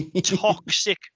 toxic